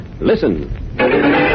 Listen